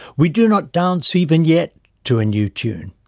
we do not dance even yet to a new tune.